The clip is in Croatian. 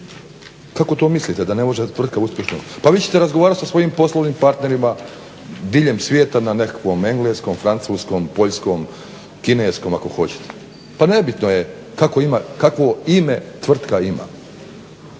Kako to mislite da ne može tvrtka uspješno? Pa vi ćete razgovarati sa svojim poslovnim partnerima diljem svijeta na nekakvom engleskom, francuskom, poljskom, kineskom ako hoćete. Pa nebitno je kakvo ime tvrtka ima